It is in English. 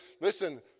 listen